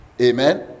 Amen